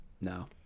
No